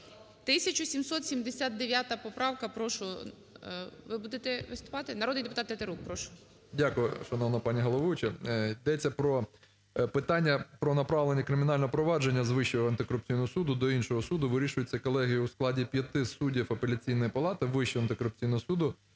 1779 поправка. Прошу. Ви будете виступати? Народний депутат Тетерук. Прошу. 13:08:20 ТЕТЕРУК А.А. Дякую, шановна пані головуюча. Йдеться про питання про направлення кримінального провадження з Вищого антикорупційного суду до іншого суду вирішується колегією у складі 5 суддів Апеляційної палати Вищого антикорупційного суду